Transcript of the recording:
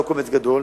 לא קומץ גדול.